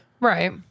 Right